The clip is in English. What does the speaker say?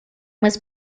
was